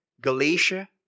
Galatia